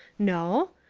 no?